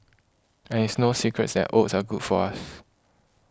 and it's no secrets that oats are good for us